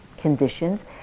conditions